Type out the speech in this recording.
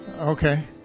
okay